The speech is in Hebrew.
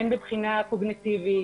הן מבחינה קוגניטיבית,